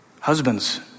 Husbands